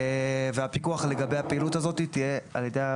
והפיקוח לגבי הפעילות הזו תהיה על ידו,